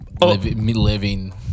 living